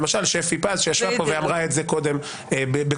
למשל שפי פז שישבה פה ואמרה את זה קודם בקולה,